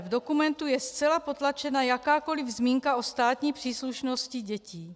V dokumentu je zcela potlačena jakákoli zmínka o státní příslušnosti dětí.